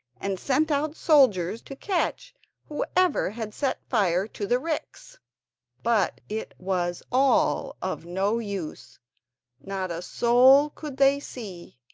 and sent out soldiers to catch whoever had set fire to the ricks but it was all of no use not a soul could they see.